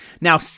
Now